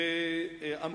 לצערנו הרב,